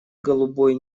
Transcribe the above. голубой